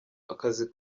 akazi